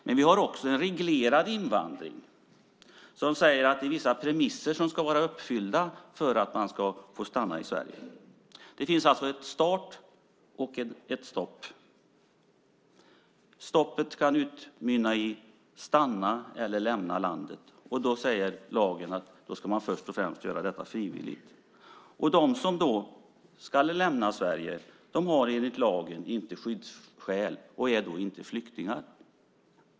Men vi har också en reglerad invandring där vissa premisser ska vara uppfyllda för att man ska få stanna i Sverige. Det finns alltså en start och ett stopp. Stoppet kan utmynna i stanna eller lämna landet. Då säger lagen att man först och främst ska göra detta frivilligt. De som då ska lämna Sverige har enligt lagen inte skyddsskäl och är inte flyktingar.